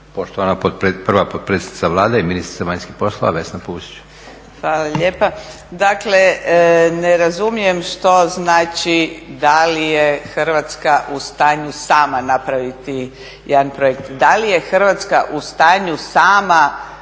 poštovana prva potpredsjednica i ministrica Vlade Vesna Pusić. **Pusić, Vesna (HNS)** Hvala lijepa. Dakle ne razumijem što znači da li je Hrvatska u stanju sama napraviti jedan projekt, da li je Hrvatska u stanju sama